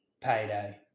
payday